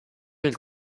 mille